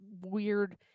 weird